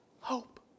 hope